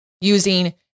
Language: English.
using